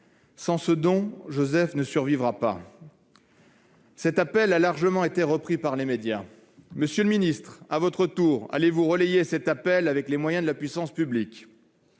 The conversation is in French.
Sans ce don, Joseph ne survivra pas. Cet appel a largement été repris par les médias. Monsieur le secrétaire d'État, à votre tour, allez-vous le relayer avec les moyens de la puissance publique ?